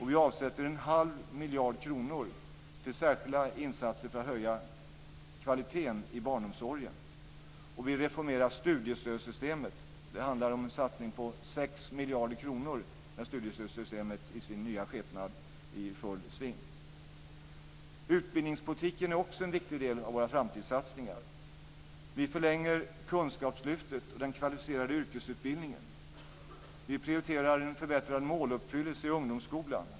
Vi avsätter en halv miljard kronor till särskilda insatser för att höja kvaliteten i barnomsorgen. Vi reformerar studiestödssystemet. Det handlar om en satsning på 6 miljarder kronor när studiestödssystemet i dess nya skepnad är i full sving. Utbildningspolitiken är också en viktig del av våra framtidssatsningar. Vi förlänger Kunskapslyftet och den kvalificerade yrkesutbildningen. Vi prioriterar en förbättrad måluppfyllelse i ungdomsskolan.